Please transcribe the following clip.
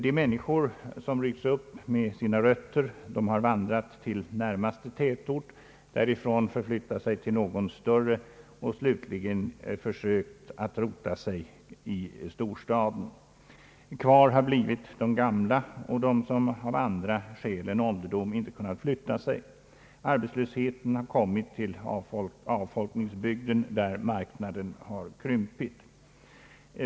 Men människor som ryckts upp med sina rötter har vandrat ut till närmaste tätort, därifrån förflyttat sig till någon större och därefter försökt rota sig i storstaden. Kvar har blivit de gamla och de som av andra skäl än ålderdom inte kunnat förflytta sig. Arbetslösheten har kommit till avfolkningsbygden, där marknaden har krympts.